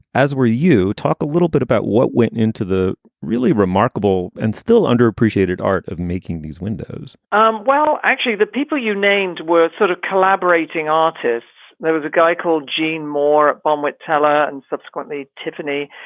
as were you. talk a little bit about what went into the really remarkable and still underappreciated art of making these windows um well, actually, the people you named were sort of collaborating artists there was a guy called gene moore, bonwit teller and subsequently tiffany.